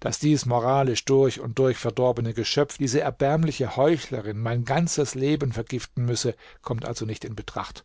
daß dies moralisch durch und durch verdorbene geschöpf diese erbärmliche heuchlerin mein ganzes leben vergiften müsse kommt also nicht in betracht